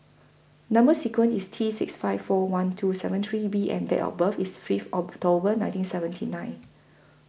Number sequence IS T six five four one two seven three B and Date of birth IS Fifth October nineteen seventy nine